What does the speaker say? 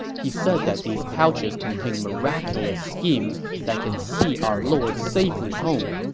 he said that these pouches contained miraculous schemes that can see our lord safely home.